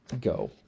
go